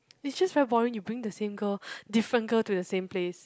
it's just very boring you bring the same girl different girl to the same place